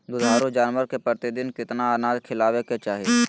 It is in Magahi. दुधारू जानवर के प्रतिदिन कितना अनाज खिलावे के चाही?